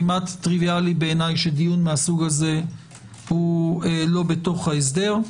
כמעט טריוויאלי בעיניי שדיון מסוג זה הוא לא בתוך הסדר.